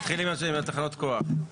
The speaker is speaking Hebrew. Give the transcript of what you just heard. נתחיל עם תחנות הכוח.